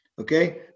Okay